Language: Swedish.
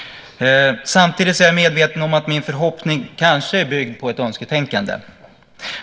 Samtidigt är jag medveten om att min förhoppning kanske är byggd på ett önsketänkande.